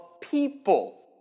people